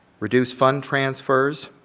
reduce fund transfers,